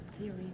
theory